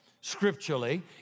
scripturally